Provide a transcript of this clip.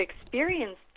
experienced